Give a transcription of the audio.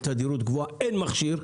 שם אין מכונה.